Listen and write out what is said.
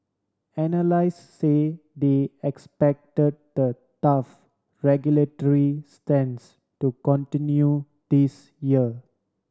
analysts say they expect the tough regulatory stance to continue this year